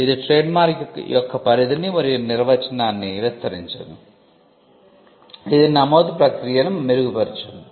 ఇది ట్రేడ్మార్క్ యొక్క పరిధిని మరియు నిర్వచనాన్ని విస్తరించింది ఇది నమోదు ప్రక్రియను మెరుగుపరిచింది